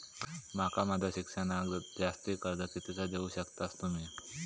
माका माझा शिक्षणाक जास्ती कर्ज कितीचा देऊ शकतास तुम्ही?